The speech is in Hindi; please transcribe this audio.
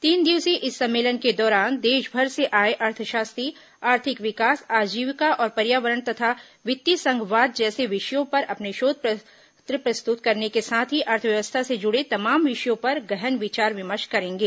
तीन दिवसीय इस सम्मेलन के दौरान देशभर से आए अर्थशास्त्री आर्थिक विकास आजीविका और पर्यावरण तथा वित्तीय संघवाद जैसे विषयों पर अपने शोध पत्र प्रस्तुत करने के साथ ही अर्थव्यवस्था से जुड़े तमाम विषयों पर गहन विचार विमर्श करेंगे